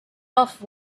off